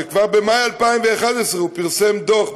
וכבר במאי 2011 הוא פרסם דוח,